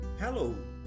Hello